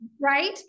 Right